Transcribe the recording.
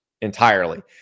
entirely